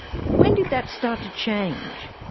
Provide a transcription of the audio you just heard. when did that start to change?